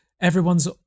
everyone's